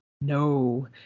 No